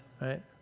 right